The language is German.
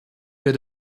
wird